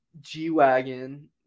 g-wagon